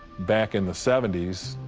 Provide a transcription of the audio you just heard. back in the seventy s,